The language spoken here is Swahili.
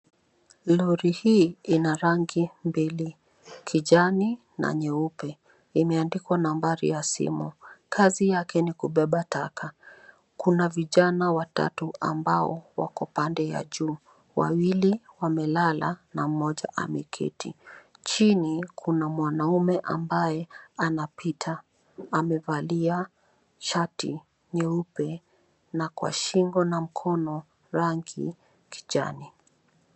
Lori hii ina rangi mbili, kijani na nyeupe. Limeandikwa nambari ya simu. Kazi yake ni kubeba taka. Kuna vijana watatu ambao wako pande ya juu, wawili wamelala na mmoja ameketi. Chini kuna mwanaume ambaye anapita. Amevalia shati nyeupe na kwa shingo na mikono, rangi kijani.